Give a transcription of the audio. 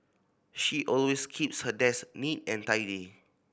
she always keeps her desk neat and tidy